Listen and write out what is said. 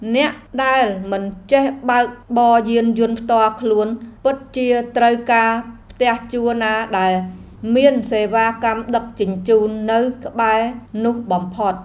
អ្នកដែលមិនចេះបើកបរយានយន្តផ្ទាល់ខ្លួនពិតជាត្រូវការផ្ទះជួលណាដែលមានសេវាកម្មដឹកជញ្ជូននៅក្បែរនោះបំផុត។